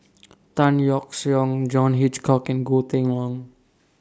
Tan Yeok Seong John Hitchcock and Goh Kheng Long